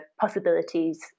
possibilities